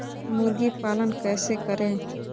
मुर्गी पालन कैसे करें?